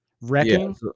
wrecking